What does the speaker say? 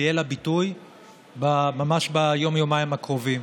שיהיה לה ביטוי ממש ביום-יומיים הקרובים.